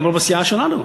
גם רוב הסיעה שלנו,